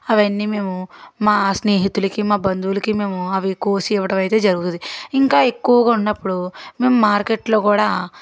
అవన్నీ మేము మా స్నేహితులకి మా బంధువులకి మేము అవి కోసి ఇవ్వడం అయితే జరుగుతుంది ఇంకా ఎక్కువగా ఉన్నప్పుడు మేము మార్కెట్లో కూడా